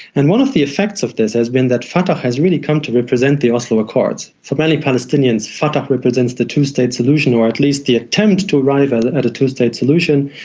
and one of the effects of this has been that fatah has really come to represent the oslo accords. for many palestinians, fatah represents the two-state solution or at least the attempt to arrive at a two-state solution,